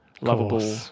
Lovable